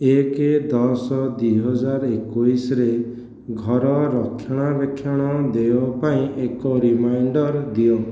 ଏକ ଦଶ ଦୁଇହଜାର ଏକୋଇଶରେ ଘର ରକ୍ଷଣାବେକ୍ଷଣ ଦେୟ ପାଇଁ ଏକ ରିମାଇଣ୍ଡର୍ ଦିଅ